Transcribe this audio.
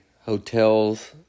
hotels